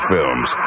Films